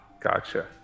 gotcha